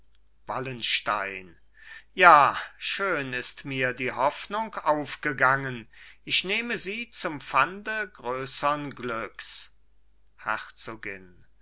wallenstein ja schön ist mir die hoffnung aufgegangen ich nehme sie zum pfande größern glücks herzogin